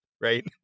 right